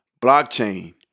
Blockchain